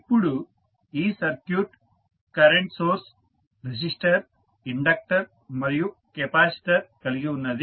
ఇప్పుడు ఈ circuit current source resistor inductor మరియు కెపాసిటర్ కలిగి ఉన్నది